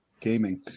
gaming